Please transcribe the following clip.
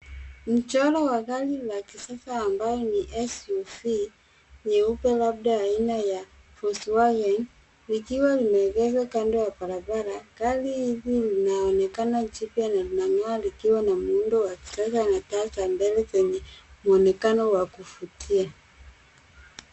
Mchoro wa gari la kisasa ambayo ni SUV nyeupe labda aina ya Volkswagen likiwa lime egezwa kando ya barabara. Gari hili lina onekana jipya na linanyoa likiwa na muundo wa kisasa na taa za mbele zenye muonekano wa kuvutia.